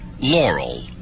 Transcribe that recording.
Laurel